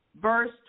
verse